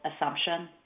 assumption